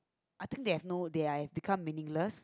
I think there have no they are become meaningless